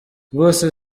rwose